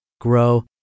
grow